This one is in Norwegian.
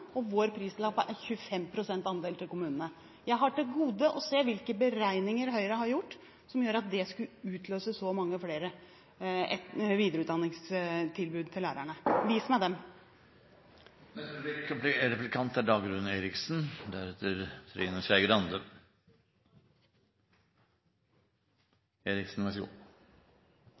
vår prislapp er 25 pst. andel til kommunene. Jeg har til gode å se hvilke beregninger Høyre har gjort, som gjør at det skulle utløse så mange flere videreutdanningstilbud til lærerne. Vis meg dem! Det er mye som tyder på at uansett kommer ikke Kristin Halvorsen og jeg til å møtes i replikkordskifter igjen. Så